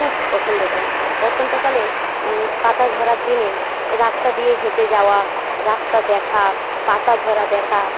খুব পছন্দ করে বসন্তকালে পাতা ঝরার দিনে রাস্তা দিয়ে হেঁটে যাওয়া রাস্তা দেখা পাতা ঝরা দেখা